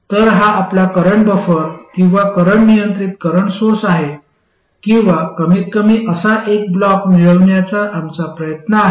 तर हा आपला करंट बफर किंवा करंट नियंत्रित करंट सोर्स आहे किंवा कमीतकमी असा एक ब्लॉक मिळविण्याचा आमचा प्रयत्न आहे